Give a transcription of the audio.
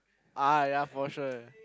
ah ya for sure